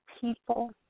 people